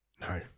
No